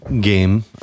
game